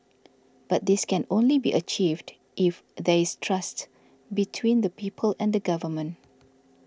but this can only be achieved if there is trust between the people and government